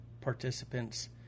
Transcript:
participants